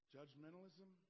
Judgmentalism